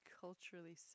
culturally